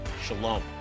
Shalom